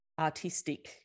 artistic